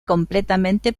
completamente